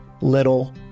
little